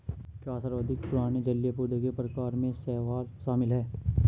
क्या सर्वाधिक पुराने जलीय पौधों के प्रकार में शैवाल शामिल है?